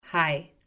Hi